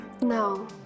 no